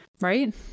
Right